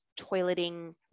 toileting